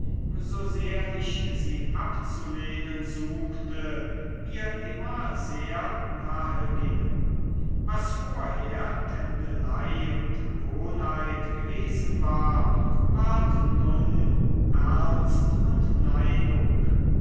so sehr ich sie abzulehnen suchte mir immer sehr nahe gingen was vorher tändelei und gewohnheit gewesen war ward nun ernst und neigung